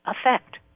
effect